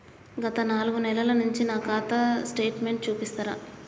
గత నాలుగు నెలల నుంచి నా ఖాతా స్టేట్మెంట్ చూపిస్తరా?